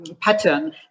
pattern